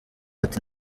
ati